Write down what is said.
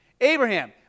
Abraham